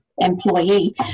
employee